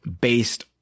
based